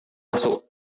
masuk